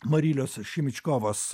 marilios šimičkovos